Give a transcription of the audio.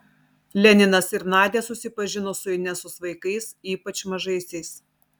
leninas ir nadia susipažino su inesos vaikais ypač mažaisiais